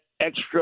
extra